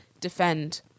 defend